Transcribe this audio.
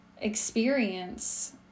experience